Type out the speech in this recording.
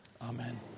Amen